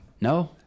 No